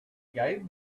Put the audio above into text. gave